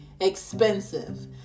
expensive